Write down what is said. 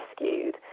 rescued